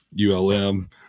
ulm